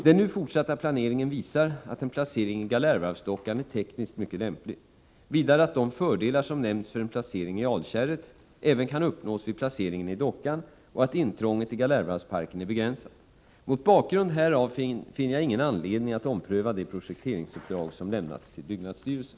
Den nu fortsatta planeringen visar att en placering i Galärvarvsdockan är tekniskt mycket lämplig, att de fördelar som nämnts för en placering i Alkärret även kan uppnås vid placeringen i dockan och att intrånget i Galärvarvsparken är begränsat. Mot bakgrund härav finner jag ingen anledning att ompröva det projekteringsuppdrag som lämnats till byggnadsstyrelsen.